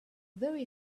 very